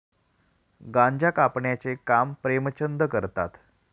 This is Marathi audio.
गांजा कापण्याचे काम प्रेमचंद करतात